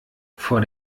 vor